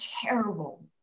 terrible